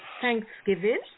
Thanksgiving